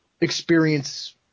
experience